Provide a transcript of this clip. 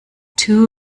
too